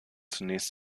zunächst